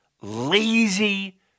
lazy